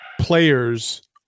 players